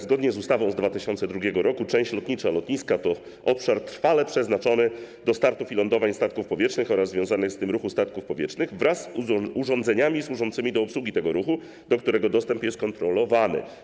Zgodnie z ustawą z 2002 r.: część lotnicza lotniska to obszar trwale przeznaczony do startów i lądowań statków powietrznych oraz do związanego z tym ruchu statków powietrznych, wraz z urządzeniami służącymi do obsługi tego ruchu, do którego dostęp jest kontrolowany.